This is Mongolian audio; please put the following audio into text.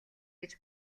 гэж